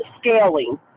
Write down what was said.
scaling